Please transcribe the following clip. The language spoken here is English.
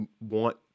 want